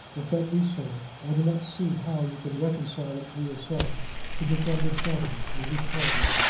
if that be so, i do not see how you can reconcile it to yourself to become the champion, as you called it,